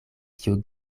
kiu